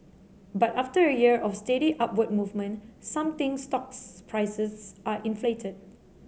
but after a year of steady upward movement some think stocks prices are inflated